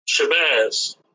Shabazz